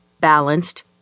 balanced